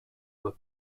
were